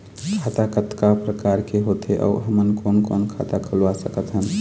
खाता कतका प्रकार के होथे अऊ हमन कोन कोन खाता खुलवा सकत हन?